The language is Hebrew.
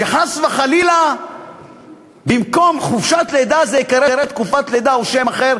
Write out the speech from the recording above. שחס וחלילה במקום "חופשת לידה" זה ייקרא "תקופת לידה" או שם אחר,